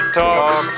talks